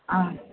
ಹಾಂ